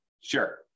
Sure